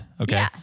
Okay